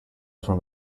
from